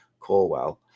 Corwell